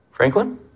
Franklin